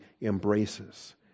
embraces